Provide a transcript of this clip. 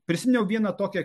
prisiminiau vieną tokią